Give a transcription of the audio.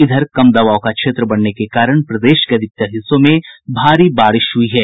इधर कम दबाव का क्षेत्र बनने के कारण प्रदेश के अधिकतर हिस्सों में भारी बारिश हुई है